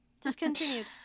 discontinued